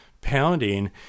pounding